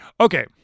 Okay